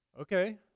Okay